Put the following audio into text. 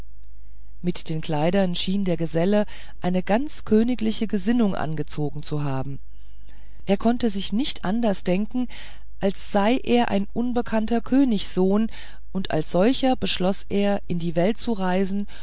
mit den kleidern schien der geselle eine ganz königliche gesinnung angezogen zu haben er konnte sich nicht anders denken als er sei ein unbekannter königssohn und als solcher beschloß er in die welt zu reisen